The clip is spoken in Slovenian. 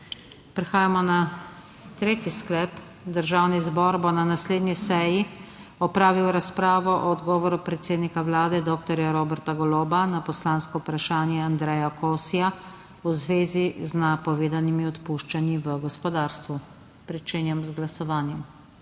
Prehajamo na tretji predlog sklepa: Državni zbor bo na naslednji seji opravil razpravo o odgovoru predsednika Vlade dr. Roberta Goloba na poslansko vprašanje Andreja Kosija v zvezi z napovedanimi odpuščanji v gospodarstvu. Glasujemo. Prisotnih